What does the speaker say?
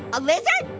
a lizard?